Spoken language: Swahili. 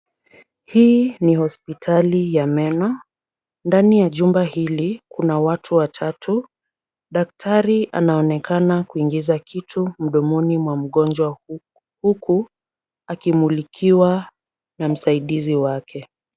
Hii ni hospitali ya meno. Ndani ya jumba hili kuna watu watatu. Daktari anaonekana kuingiza kitu mdomoni mwa mgonjwa huku akimulikiwa na msaidizi wake.